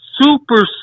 super